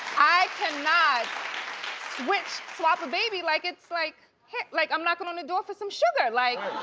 i cannot switch, swap a baby like it's, like like i'm knocking on the door for some sugar. like,